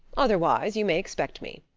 otherwise, you may expect me.